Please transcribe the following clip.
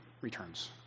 returns